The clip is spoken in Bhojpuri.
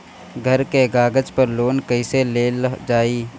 घर के कागज पर लोन कईसे लेल जाई?